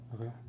Okay